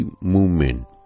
movement